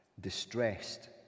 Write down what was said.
Distressed